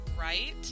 right